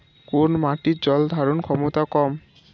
কোন মাটির জল ধারণ ক্ষমতা কম?